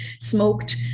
smoked